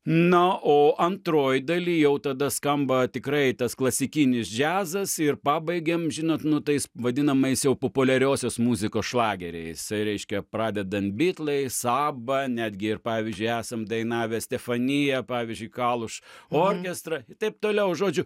na o antroj daly jau tada skamba tikrai tas klasikinis džiazas ir pabaigiam žinot nu tais vadinamais jau populiariosios muzikos šlageriais reiškia pradedant bitlais aba netgi ir pavyzdžiui esam dainavę stefaniją pavyzdžiui kaluš orkestra ir taip toliau žodžiu